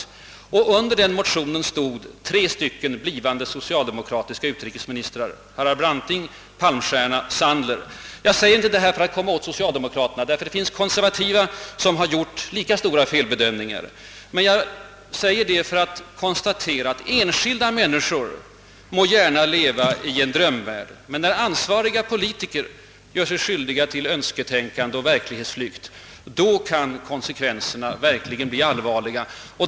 Under den motionen stod namnen på tre blivande socialdemokratiska utrikesministrar — Branting, Palmstierna och Sandler. Jag säger inte detta för att komma åt socialdemokraterna, ty det finns konservativa som har gjort lika stora felbedömningar. Jag säger det för att konstatera att enskilda människor gärna må leva i en drömvärld, men när ansvariga politiker gör sig skyldiga till önsketänkande och verklighetsflykt kan konsekvenserna verkligen bli allvarliga.